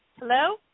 Hello